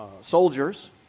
soldiers